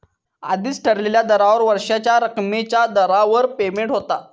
आधीच ठरलेल्या दरावर वर्षाच्या रकमेच्या दरावर पेमेंट होता